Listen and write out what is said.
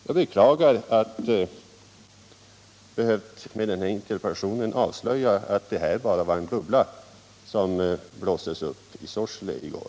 Jag beklagar att jag med den här interpellationen har behövt avslöja att detta bara var en bubbla som blåstes upp i Sorsele i går.